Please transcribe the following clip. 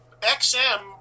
xm